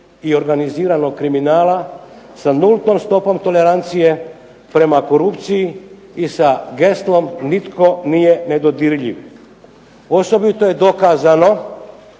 i organiziranog kriminala sa nultom stopom tolerancije prema korupciji i sa geslom "nitko nije nedodirljiv". Osobito je dokazano